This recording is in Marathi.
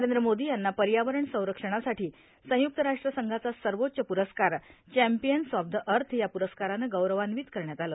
नरेंद्र मोदी यांना पर्यावरण संरक्षणासाठी संयुक्त राष्ट्र संघाचा सर्वोच्व प्रस्कार चॅंपियन्स ऑफ द अर्थ या पुरस्कारानं गौरवान्वित करण्यात आलं